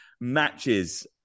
matches